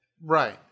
Right